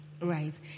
right